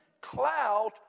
cloud